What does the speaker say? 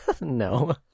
No